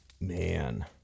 Man